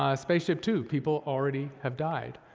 ah spaceshiptwo, people already have died.